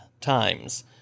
times